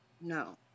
no